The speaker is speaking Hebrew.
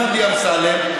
דודי אמסלם.